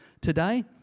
today